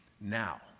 now